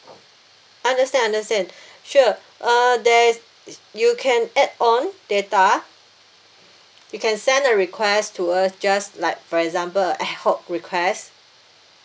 understand understand sure uh there you can add on data you can send a request to us just like for example ad hoc request